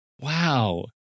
Wow